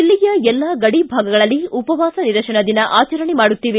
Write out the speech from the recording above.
ದಿಲ್ಲಿಯ ಎಲ್ಲಾ ಗಡಿ ಭಾಗಗಳಲ್ಲಿ ಉಪವಾಸ ನಿರಶನ ದಿನ ಆಚರಣೆ ಮಾಡುತ್ತೇವೆ